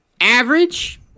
Average